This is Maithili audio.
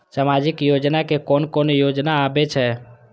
सामाजिक योजना में कोन कोन योजना आबै छै?